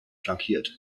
flankiert